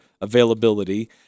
availability